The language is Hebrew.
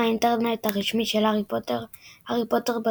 האינטרנט הרשמי של הארי פוטר הארי פוטר,